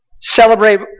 celebrate